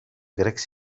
grecs